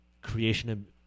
creation